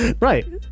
Right